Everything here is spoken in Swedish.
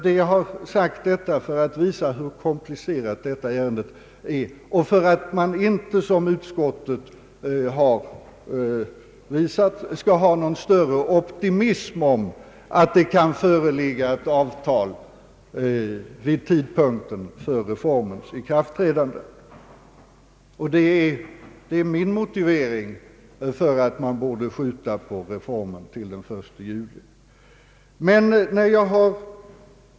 Jag har sagt detta för att visa hur komplicerad frågan är och för att man inte, som utskottet gör, skall hysa någon större optimism om att det kan föreligga ett avtal vid tidpunkten för reformens ikraftträdande. Detta är min motivering för att man borde skjuta på reformen till den 1 juli.